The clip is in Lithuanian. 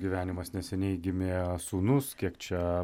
gyvenimas neseniai gimė sūnus kiek čia